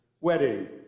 wedding